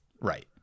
Right